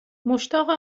مشتاق